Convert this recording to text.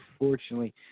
unfortunately